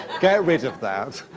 get rid of that.